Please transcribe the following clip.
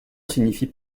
signifie